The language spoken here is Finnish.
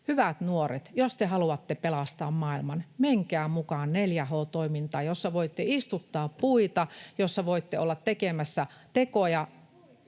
hyvät nuoret, jos te haluatte pelastaa maailman, menkää mukaan 4H-toimintaan, jossa voitte istuttaa puita, jossa voitte olla tekemässä tekoja